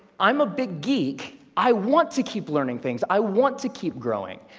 i'm a big geek, i want to keep learning things, i want to keep growing.